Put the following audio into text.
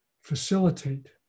facilitate